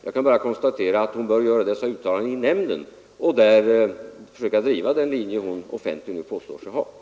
Jag vill bara konstatera att hon bör göra dessa uttalanden i nämnden och där försöka driva den linje hon offentligen påstår sig ha.